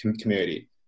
community